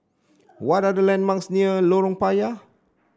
what are the landmarks near Lorong Payah